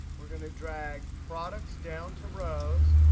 we're going to drag products down to rows.